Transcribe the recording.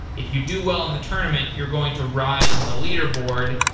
if you do well in the tournament, you're going to rise in the leaderboard,